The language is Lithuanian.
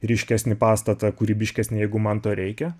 ryškesnį pastatą kūrybiškesnį jeigu man to reikia